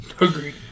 Agreed